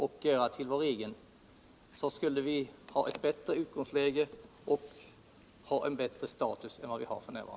Därmed skulle vi skapa ett bättre utgångsläge och få en bättre status än vi f. n. har.